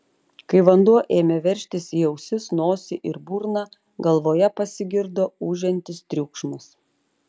kai vanduo ėmė veržtis į ausis nosį ir burną galvoje pasigirdo ūžiantis triukšmas